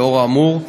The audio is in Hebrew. לאור האמור,